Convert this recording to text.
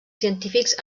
científics